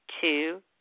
two